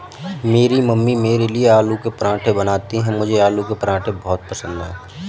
मेरी मम्मी मेरे लिए आलू के पराठे बनाती हैं मुझे आलू के पराठे बहुत पसंद है